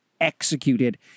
executed